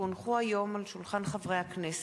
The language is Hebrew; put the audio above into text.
כי הונחו היום על שולחן הכנסת,